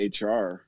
HR